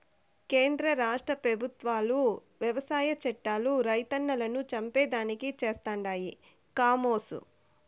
కేంద్ర రాష్ట్ర పెబుత్వాలు వ్యవసాయ చట్టాలు రైతన్నలను చంపేదానికి చేస్తండాయి కామోసు